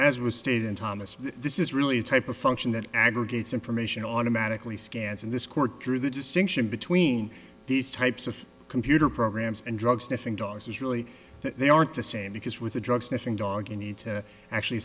as was stated in thomas this is really a type of function that aggregates information automatically scans and this court drew the distinction between these types of computer programs and drug sniffing dogs is really that they aren't the same because with a drug sniffing dog you need to actually